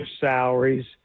salaries